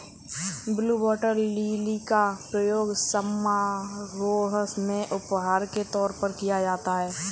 blue water lily का प्रयोग समारोह में उपहार के तौर पर किया जाता है